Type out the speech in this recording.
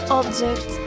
object